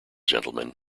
gentleman